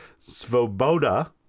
Svoboda